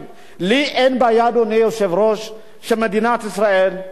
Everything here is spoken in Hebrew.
שמדינת ישראל מחר בבוקר תמצא פתרון נאות